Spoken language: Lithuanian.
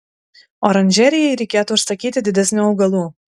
oranžerijai reikėtų užsakyti didesnių augalų